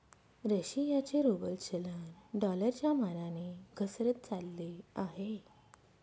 रशियाचे रूबल चलन डॉलरच्या मानाने घसरत चालले आहे